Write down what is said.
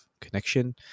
connection